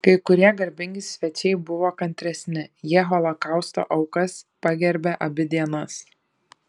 kai kurie garbingi svečiai buvo kantresni jie holokausto aukas pagerbė abi dienas